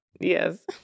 Yes